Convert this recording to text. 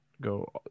Go